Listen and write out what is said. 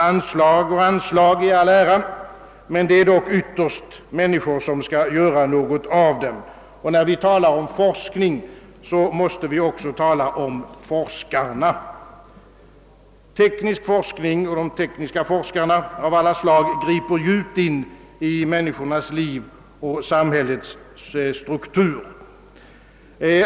Anslag och anslag i all ära — det är dock ytterst människan som skall göra något av anslagen. Och när vi talar om forskning, måste vi också tala om forskarna. Den tekniska forskningen och de tekniska forskarna av alla slag griper djupt in i samhällsliv och samhällsstruktur.